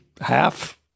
half